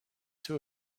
two